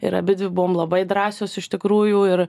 ir abidvi buvom labai drąsios iš tikrųjų ir